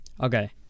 okay